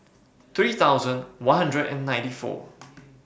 three thousand one hundred and ninety four